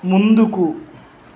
ముందుకు